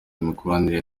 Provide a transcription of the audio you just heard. imikoranire